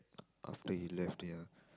after he left here